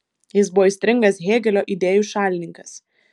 jis buvo aistringas hėgelio idėjų šalininkas